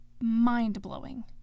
Mind-blowing